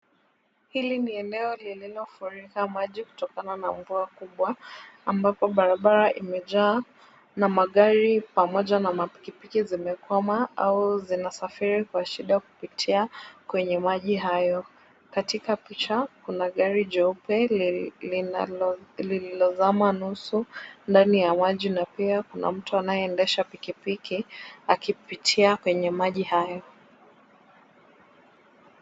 Hili ni eneo lililofurika maji kutokana na mvua kubwa, ambapo barabara imejaa na magari pamoja na pikipiki zimekwama au zinasafiri kwa shida kupitia kwenye maji hayo. Katika picha kuna gari jeupe linalo, lililozama nusu ndani ya maji, na pia kuna mtu anayeendesha pikipiki akipitia kwenye maji hayo.